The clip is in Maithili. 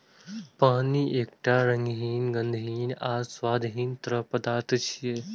पानि एकटा रंगहीन, गंधहीन आ स्वादहीन तरल पदार्थ छियै